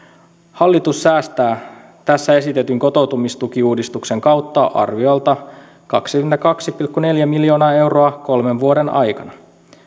hallitus säästää tässä esitetyn kotoutumistukiuudistuksen kautta arviolta kaksikymmentäkaksi pilkku neljä miljoonaa euroa kolmen vuoden aikana